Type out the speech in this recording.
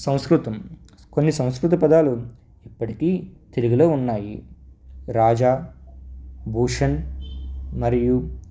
సంస్కృతం కొన్ని సంస్కృత పదాలు ఇప్పటికి తెలుగులో ఉన్నాయి రాజా భూషణ్ మరియు